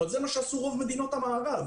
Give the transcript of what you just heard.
זה מה שעשו רוב מדינות המערב.